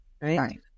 right